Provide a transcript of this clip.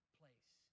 place